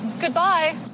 Goodbye